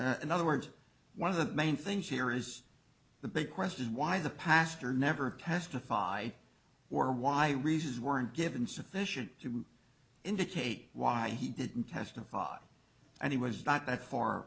another word one of the main things here is the big question is why the pastor never testified or why reasons weren't given sufficient to indicate why he didn't testify and he was not that far